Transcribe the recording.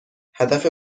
هدف